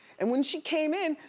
and when she came in,